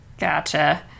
Gotcha